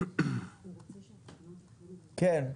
כן.